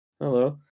Hello